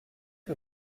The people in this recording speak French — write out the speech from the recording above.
que